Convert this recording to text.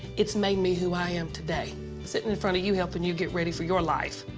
it's made me who i am today sitting in front of you, helping you get ready for your life.